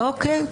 אוקיי.